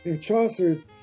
Chaucer's